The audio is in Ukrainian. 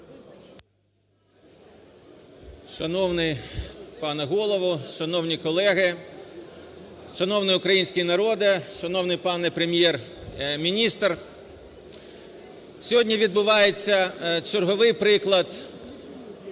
Шановний пане Голово, шановні колеги, шановний український народе, шановний пане Прем'єр-міністр! Сьогодні відбувається черговий приклад